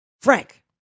Frank